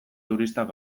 turistak